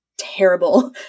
terrible